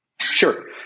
Sure